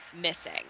missing